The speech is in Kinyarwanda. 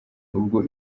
ubwo